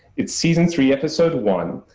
it's season three, episode one.